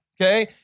okay